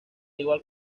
igual